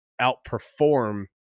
outperform